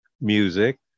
music